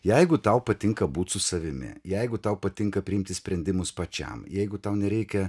jeigu tau patinka būt su savimi jeigu tau patinka priimti sprendimus pačiam jeigu tau nereikia